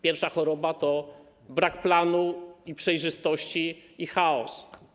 Pierwsza choroba to brak planu i przejrzystości i chaos.